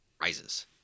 rises